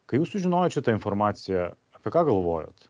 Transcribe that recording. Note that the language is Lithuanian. kai jūs sužinojot šitą informaciją apie ką galvojot